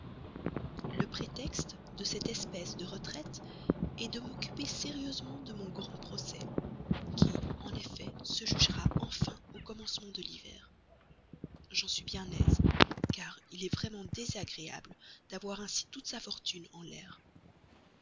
le prétexte de cette espèce de retraite est de m'occuper sérieusement de mon grand procès qui en effet se jugera enfin au commencement de l'hiver j'en suis bien aise car il est vraiment désagréable d'avoir ainsi toute sa fortune en l'air